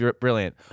brilliant